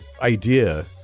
idea